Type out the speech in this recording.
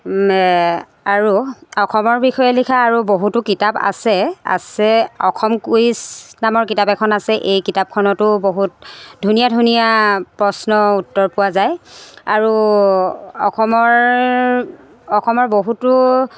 আৰু অসমৰ বিষয় লিখা আৰু বহুতো কিতাপ আছে আছে অসম কুইজ নামৰ কিতাপ এখন আছে এই কিতাপখনতো বহুত ধুনীয়া ধুনীয়া প্ৰশ্ন উত্তৰ পোৱা যায় আৰু অসমৰ অসমৰ বহুতো